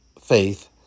faith